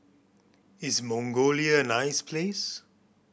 is Mongolia a nice place